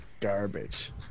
garbage